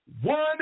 One